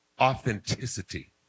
authenticity